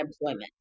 employment